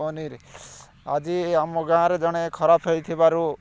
ପନିର୍ ଆଜି ଆମ ଗାଁରେ ଜଣେ ଖରାପ ହେଇଥିବାରୁ